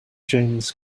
james